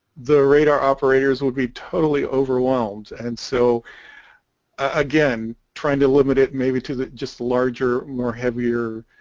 the radar operators would be totally overwhelmed and so again trying to limit it may be to that just larger more heavier